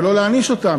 ולא להעניש אותם,